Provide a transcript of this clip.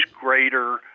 greater